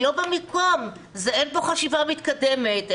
אין פה חשיבה מתקדמת,